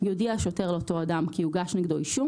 יודיע השוטר לאותו אדם כי יוגש נגדו אישום